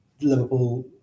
Liverpool